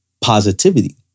positivity